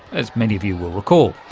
as many of you will recall.